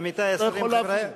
עמיתי השרים,